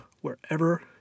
wherever